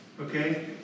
Okay